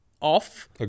off